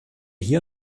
hier